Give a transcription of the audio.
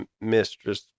mistress